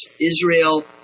Israel